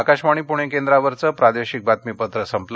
आकाशवाणी पूणे केंद्रावरचं प्रादेशिक बातमीपत्र संपलं